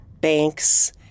banks